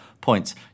points